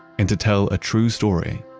and to tell a true story,